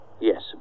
Yes